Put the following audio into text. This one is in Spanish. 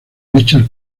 richard